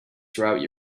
throughout